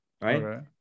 right